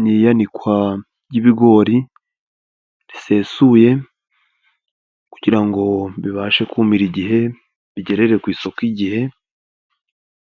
Ni iyanikwa ry'ibigori risesuye kugira ngo bibashe kumira igihe, bigerere ku isoko igihe,